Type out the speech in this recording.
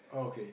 okay